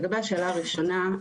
לגבי השאלה הראשונה,